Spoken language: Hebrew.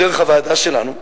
דרך הוועדה שלנו,